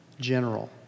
general